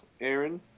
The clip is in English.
Aaron